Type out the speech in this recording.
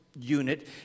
unit